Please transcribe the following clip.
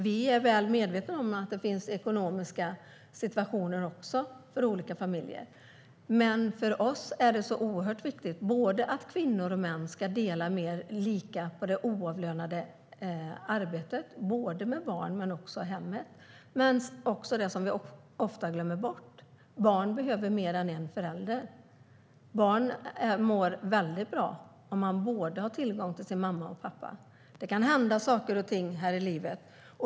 Vi är väl medvetna om att det finns olika ekonomiska situationer för olika familjer. Men för oss är det oerhört viktigt, dels att kvinnor och män ska dela mer lika på det oavlönade arbetet med barnen men också med hemmet, dels det som vi ofta glömmer bort: Barn behöver mer än en förälder. Barn mår väldigt bra om de har tillgång till både sin mamma och sin pappa. Det kan hända saker och ting här i livet.